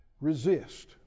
Resist